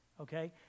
okay